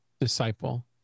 disciple